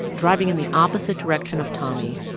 driving in the opposite direction of tommy,